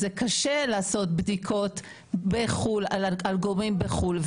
זה קשה לעשות בדיקות על גורם בחו"ל.